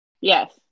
Yes